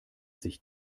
sich